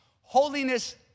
Holiness